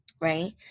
right